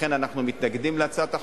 לכן אנחנו מתנגדים להצעת החוק,